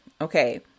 Okay